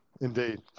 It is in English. indeed